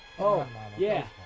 oh yeah,